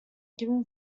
giving